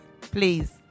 Please